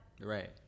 Right